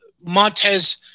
Montez